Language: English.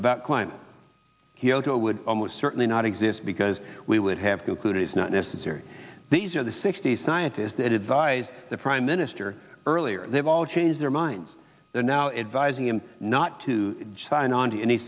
about climate he otoh would almost certainly not exist because we would have concluded it's not necessary these are the sixty scientists that advised the prime minister earlier they've all changed their minds they're now advising him not to sign on to any